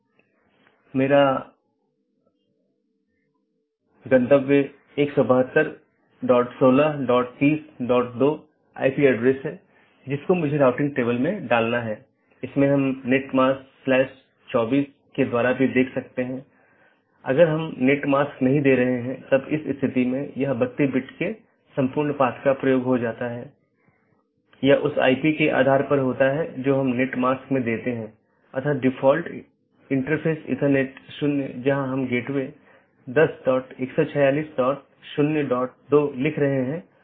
इसलिए पथ का वर्णन करने और उसका मूल्यांकन करने के लिए कई पथ विशेषताओं का उपयोग किया जाता है और राउटिंग कि जानकारी तथा पथ विशेषताएं साथियों के साथ आदान प्रदान करते हैं इसलिए जब कोई BGP राउटर किसी मार्ग की सलाह देता है तो वह मार्ग विशेषताओं को किसी सहकर्मी को विज्ञापन देने से पहले संशोधित करता है